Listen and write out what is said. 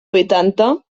vuitanta